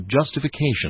justification